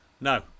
no